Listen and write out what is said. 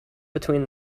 between